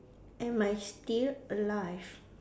am I still alive